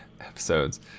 episodes